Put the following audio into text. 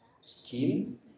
Skin